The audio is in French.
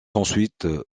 ensuite